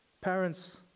Parents